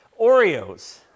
Oreos